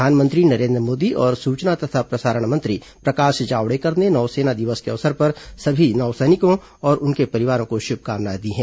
प्रधानमंत्री नरेन्द्र मोदी और सुचना तथा प्रसारण मंत्री प्रकाश जावड़ेकर ने नौसेना दिवस के अवसर पर सभी नौसैनिकों और उनके परिवारों को शुभकामनाएं दी हैं